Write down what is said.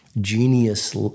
genius